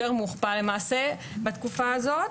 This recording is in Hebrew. יותר מהוכפל בתקופה הזאת